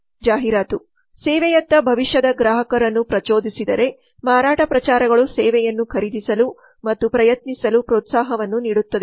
ಜಾಹೀರಾತು ಸೇವೆಯತ್ತ ಭವಿಷ್ಯದ ಗ್ರಾಹಕರನ್ನು ಪ್ರಚೋದಿಸಿದರೆ ಮಾರಾಟ ಪ್ರಚಾರಗಳು ಸೇವೆಯನ್ನು ಖರೀದಿಸಲು ಮತ್ತು ಪ್ರಯತ್ನಿಸಲು ಪ್ರೋತ್ಸಾಹವನ್ನು ನೀಡುತ್ತದೆ